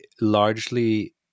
largely